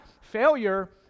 failure